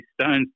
stones